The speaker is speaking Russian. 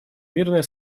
мирное